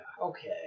Okay